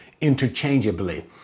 interchangeably